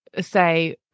say